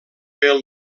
pel